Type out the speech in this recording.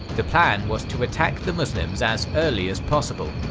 the plan was to attack the muslims as early as possible,